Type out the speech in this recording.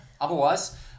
otherwise